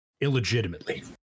illegitimately